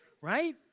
right